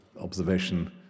observation